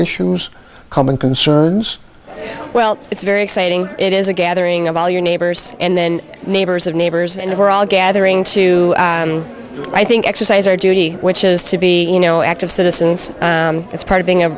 issues common concerns well it's very exciting it is a gathering of all your neighbors and then neighbors of neighbors and over all gathering to i think exercise our duty which is to be you know active citizens that's part of being a